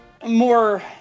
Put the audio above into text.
More